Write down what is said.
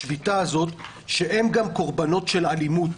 שהן גם קורבנות של אלימות.